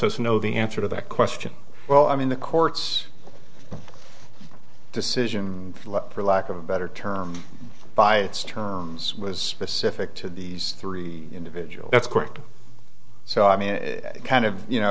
us know the answer to that question well i mean the court's decision for lack of a better term by its terms was pacific to these three individuals that's correct so i mean kind of you know